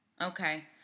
Okay